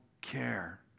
care